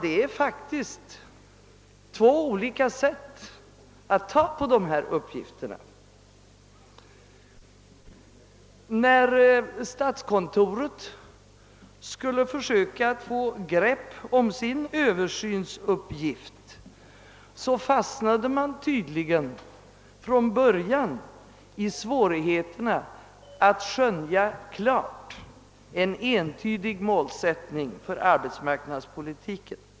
Detta är två olika synsätt när det gäller dessa uppgifter. Då statskontoret skulle försöka att få grepp om sin Översynsuppgift fastnade det tydligen från början på svårigheterna att klart skönja en entydig målsättning för arbetsmarknadspolitiken.